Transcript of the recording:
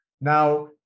Now